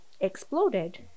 exploded